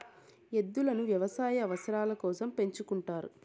ఎద్దులను వ్యవసాయ అవసరాల కోసం పెంచుకుంటారు